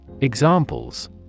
Examples